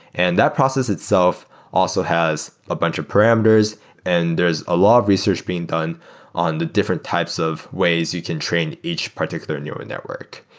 and that process itself also has a bunch of parameters and there's a law of research being done on the different types of ways you can train each particular neural network.